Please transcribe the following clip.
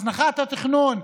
הזנחת התכנון,